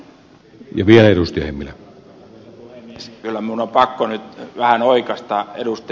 kyllä minun on pakko nyt vähän oikaista ed